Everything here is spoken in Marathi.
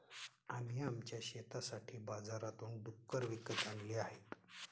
आम्ही आमच्या शेतासाठी बाजारातून डुक्कर विकत आणले आहेत